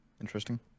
Interesting